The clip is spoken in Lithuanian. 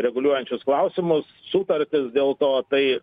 reguliuojančius klausimus sutartis dėl to tai